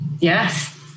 Yes